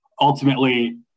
Ultimately